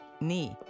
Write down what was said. knee